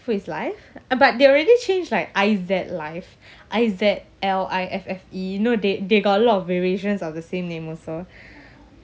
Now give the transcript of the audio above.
food is life ah but they already change like I Z life I Z L I F F E you know they they got a lot of variations of the same name also